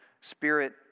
spirit